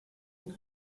une